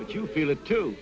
what you feel it too